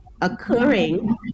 occurring